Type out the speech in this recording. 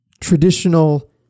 traditional